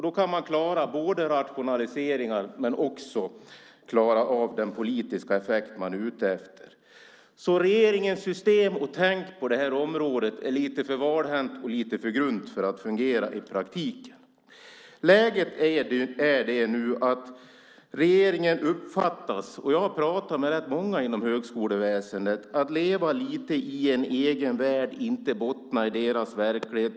Då kan man klara både rationaliseringar och den politiska effekt man är ute efter. Regeringens system och tänk på det här området är lite för valhänta och lite för grunda för att fungera i praktiken. Som läget är nu uppfattas det som att regeringen - jag har pratat med rätt många inom högskoleväsendet - lever lite i en egen värld. Man bottnar inte i deras verklighet.